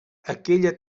aquella